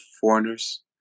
foreigners